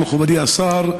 מכובדי השר,